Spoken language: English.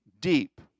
deep